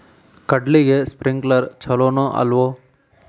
ಕಡ್ಲಿಗೆ ಸ್ಪ್ರಿಂಕ್ಲರ್ ಛಲೋನೋ ಅಲ್ವೋ?